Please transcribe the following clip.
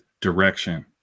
direction